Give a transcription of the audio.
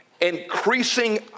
increasing